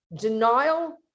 denial